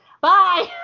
Bye